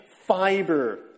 fiber